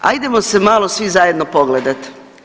Ajdemo se malo svi zajedno pogledat.